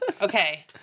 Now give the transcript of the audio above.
Okay